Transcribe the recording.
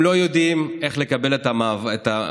הם לא יודעים איך לקבל את המענק,